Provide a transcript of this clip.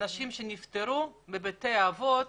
אנשים שבגלל ההתפרצות הזאת נפטרו בבתי האבות